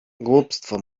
głupstwo